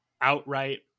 Outright